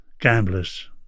Gamblers